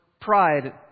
pride